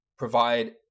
Provide